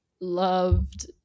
loved